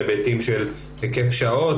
היבטים של היקף שעות,